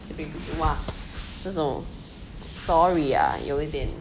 !wah! 这种 story ah 有一点